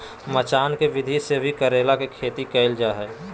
मचान के विधि से भी करेला के खेती कैल जा हय